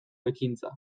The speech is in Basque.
ekintza